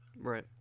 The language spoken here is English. Right